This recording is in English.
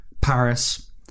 Paris